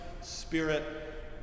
spirit